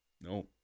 No